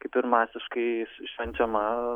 kaip ir masiškai švenčiama